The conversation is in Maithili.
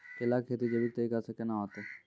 केला की खेती जैविक तरीका के ना होते?